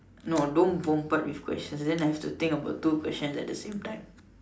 no don't bombard with questions then I'll have to think about two questions at the same time